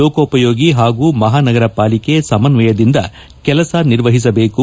ಲೋಕೋಪಯೋಗಿ ಹಾಗೂ ಮಹಾನಗರ ಪಾಲಿಕೆ ಸಮನ್ನಯದಿಂದ ಕೆಲಸ ನಿರ್ವಹಿಸಬೇಕು